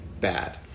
bad